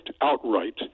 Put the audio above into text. Outright